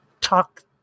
talk